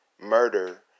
murder